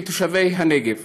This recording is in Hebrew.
כתושבי הנגב.